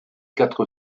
quatre